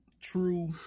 true